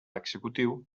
executiu